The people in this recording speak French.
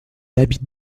habite